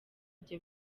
ibyo